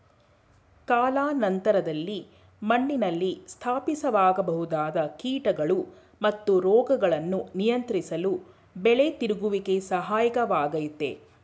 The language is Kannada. ಕಾಲಾನಂತರದಲ್ಲಿ ಮಣ್ಣಿನಲ್ಲಿ ಸ್ಥಾಪಿತವಾಗಬಹುದಾದ ಕೀಟಗಳು ಮತ್ತು ರೋಗಗಳನ್ನು ನಿಯಂತ್ರಿಸಲು ಬೆಳೆ ತಿರುಗುವಿಕೆ ಸಹಾಯಕ ವಾಗಯ್ತೆ